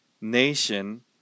nation